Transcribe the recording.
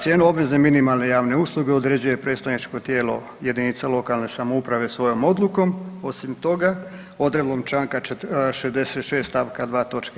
Cijena obvezne minimalne javne usluge određuje predstavničko tijelo jedinica lokalne samouprave svojom odlukom, osim toga, odredbom čl. 66 st. 2 toč.